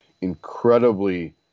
incredibly